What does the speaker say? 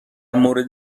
مورد